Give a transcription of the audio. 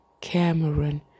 Cameron